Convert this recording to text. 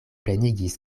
plenigis